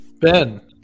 Ben